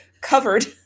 covered